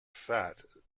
fat